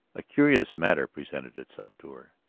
a curious matter presented itself to her.